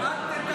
אל תמקסם.